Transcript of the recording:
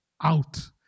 out